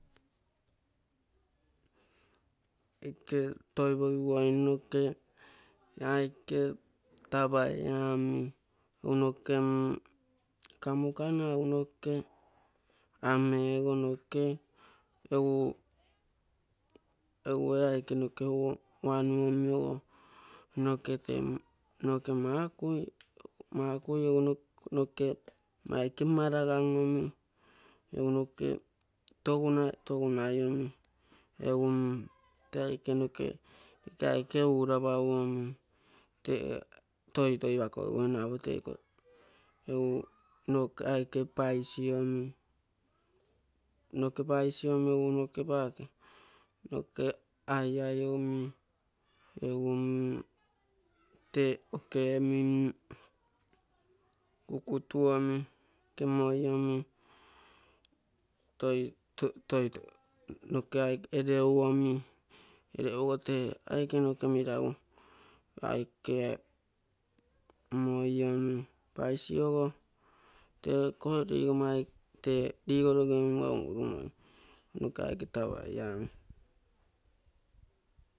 Aike toipogiguoi noke ee aike tapaia omi egu noke kamukana, noke anee ogo noke, egu noke uanu omi ogo noke makui egu noke ee aike urapauomi tee toitoipakegiguine apo. Egu noke ee aike paisi omi, egu noke paake, noke ee aike aiai omi egu mm tee kukutu omi, moi omi, noke ee aike ereu omi, ereu ogo tee aike noke meragu aike moi omi, paisi ogo tee aike meragu, ee nko aike tapaia omi.